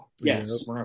Yes